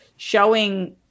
showing